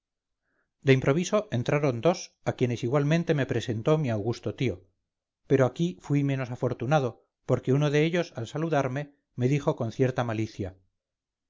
de improviso entraron dos a quienes igualmente me presentó mi augusto tío pero aquí fui menos afortunado porque uno de ellos al saludarme me dijo con cierta malicia